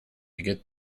get